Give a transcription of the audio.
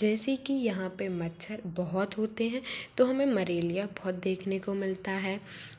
जैसे कि यहाँ पर मच्छर बहुत होते हैं तो हमें मरेलिया बहुत देखने को मिलता है